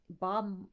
Bob